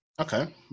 okay